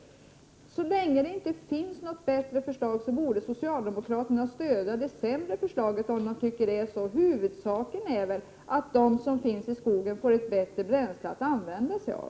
Så länge det inte finns något bättre förslag borde väl socialdemokraterna ändå kunna stödja ett förslag som de anser vara sämre — huvudsaken är väl att de som arbetar i skogen får ett bättre bränsle att använda sig av.